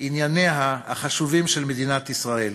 ענייניה החשובים של מדינת ישראל.